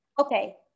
okay